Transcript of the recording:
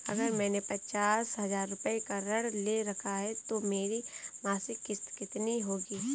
अगर मैंने पचास हज़ार रूपये का ऋण ले रखा है तो मेरी मासिक किश्त कितनी होगी?